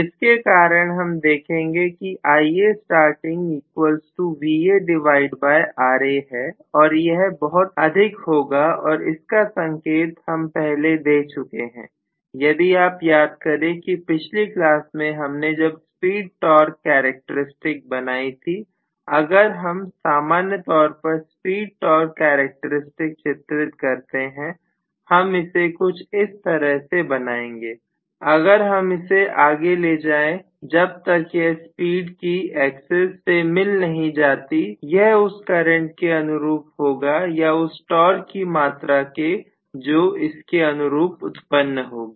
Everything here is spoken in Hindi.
जिसके कारण हम देखेंगे कि है और यह बहुत अधिक होगा और इसका संकेत हम पहले ही दे चुके हैं यदि आप याद करें कि पिछली क्लास में हमने जब स्पीड टॉर्क करैक्टेरिस्टिक्स बनाई थी अगर हम सामान्य तौर पर स्पीड टॉर्क करैक्टेरिस्टिक्स चित्रित करते हैं हम इसे कुछ इस तरह से बनाएंगे अगर हम इसे आगे ले जाएं जब तक यह स्पीड की एग्जिस से मिल नहीं जाती यह उस करंट के अनुरूप होगा या उस टॉर्क की मात्रा के जो इसके अनुरूप उत्पन्न होगी